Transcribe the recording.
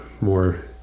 more